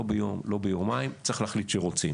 לא ביום, לא ביומיים, צריך להחליט שרוצים.